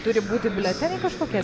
turi būti biuleteniai kažkokie